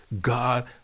God